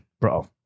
Bro